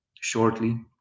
shortly